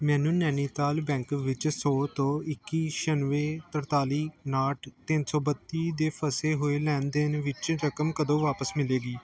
ਮੈਨੂੰ ਨੈਨੀਤਾਲ ਬੈਂਕ ਵਿੱਚ ਸੌ ਤੋਂ ਇਕੀ ਛਿਆਨਵੇਂ ਤਰਤਾਲੀ ਉਣਾਹਠ ਤਿੰਨ ਸੌ ਬੱਤੀ ਦੇ ਫਸੇ ਹੋਏ ਲੈਣ ਦੇਣ ਵਿੱਚ ਰਕਮ ਕਦੋਂ ਵਾਪਸ ਮਿਲੇਗੀ